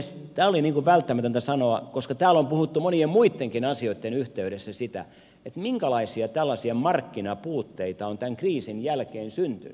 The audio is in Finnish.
tämä oli välttämätöntä sanoa koska täällä on puhuttu monien muittenkin asioitten yhteydessä siitä minkälaisia tällaisia markkinapuutteita on tämän kriisin jälkeen syntynyt